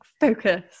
focus